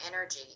energy